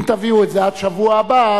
19 בעד,